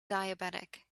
diabetic